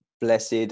Blessed